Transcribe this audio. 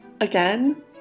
again